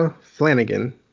Flanagan